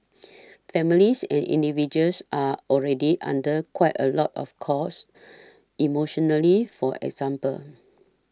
families and individuals are already under quite a lot of course emotionally for example